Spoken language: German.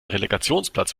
relegationsplatz